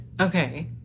Okay